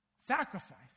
Sacrifice